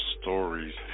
stories